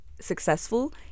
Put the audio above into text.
successful